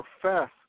profess